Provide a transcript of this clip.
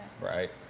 right